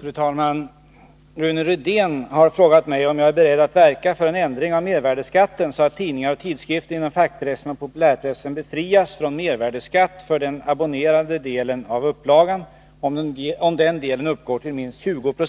Fru talman! Rune Rydén har frågat mig om jag är beredd att verka för en ändring av mervärdeskatten, så att tidningar och tidskrifter inom fackpressen och populärpressen befrias från mervärdeskatt för den abonnerade delen av upplagan om den delen uppgår till minst 20 90.